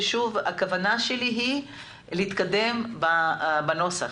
הכוונה שלי היא להתקדם בנוסח.